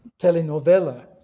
telenovela